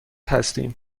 هستیم